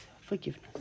forgiveness